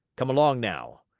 come along, now.